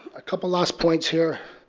a couple last points here.